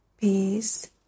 peace